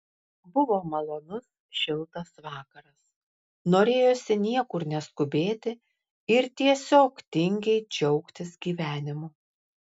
buvo malonus šiltas vakaras norėjosi niekur neskubėti ir tiesiog tingiai džiaugtis gyvenimu